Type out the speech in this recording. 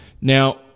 Now